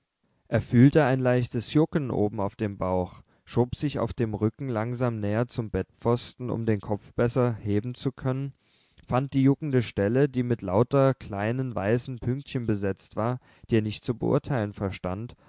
er fühlte ein leichtes jucken oben auf dem bauch schob sich auf dem rücken langsam näher zum bettpfosten um den kopf besser heben zu können fand die juckende stelle die mit lauter kleinen weißen pünktchen besetzt war die er nicht zu beurteilen verstand